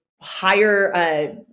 higher